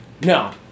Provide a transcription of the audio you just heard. No